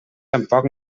tampoc